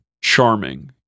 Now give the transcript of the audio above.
charming